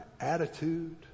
attitude